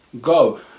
go